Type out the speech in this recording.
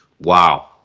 Wow